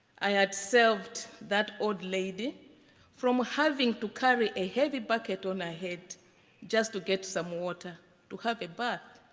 i had saved that old lady from having to carry a heavy bucket on her head just to get some water to have a bath.